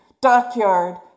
Dockyard